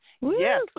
Yes